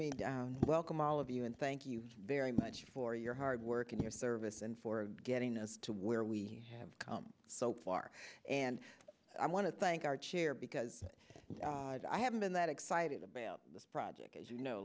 me welcome all of you and thank you very much for your hard work and your service and for getting us to where we have come so far and i want to thank our chair because i haven't been that excited about this project as you know